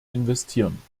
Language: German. investieren